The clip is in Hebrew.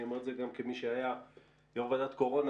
אני אומר את זה גם כמי שהיה יו"ר ועדת קורונה,